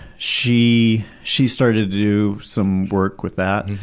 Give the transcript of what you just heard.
she she started to do some work with that,